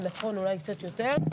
נכון אולי קצת יותר,